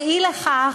אי-לכך,